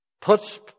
puts